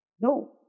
No